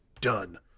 done